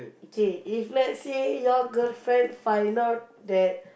K if let's say your girlfriend find out that